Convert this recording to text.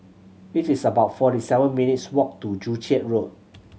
it is about forty seven minutes' walk to Joo Chiat Road